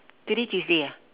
today tuesday ah